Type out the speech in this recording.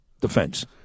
defense